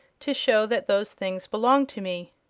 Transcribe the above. to show that those things belonged to me.